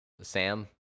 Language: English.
Sam